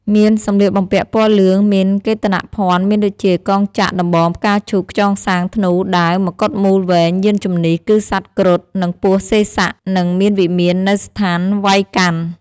មានសម្លៀកបំពាក់ពណ៌លឿង មានកេតនភណ្ឌមានដូចជា កងចក្រ ,ដំបង ,ផ្កាឈូក ,ខ្យងស័ង្ខ ,ធ្នូ ,ដាវ ,ម្កុដមូលវែង យានជិនះ គឺសត្វគ្រុឌ និងពស់សេសៈ និងមានវិមាននៅស្ថានវៃកុណ្ឋ។